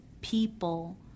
people